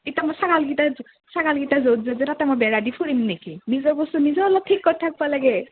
ইতা মোৰ ছাগাল কিতা ছাগাল কিতায'ত য'ত যায় মই বেৰা দি ফুৰিম নেকি নিজৰ বস্তু নিজেও অলপ ঠিক কৰি থাকবা লাগে